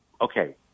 okay